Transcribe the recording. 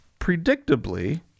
predictably